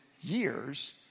years